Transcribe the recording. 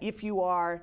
if you are